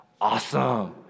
awesome